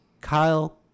Kyle